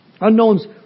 Unknowns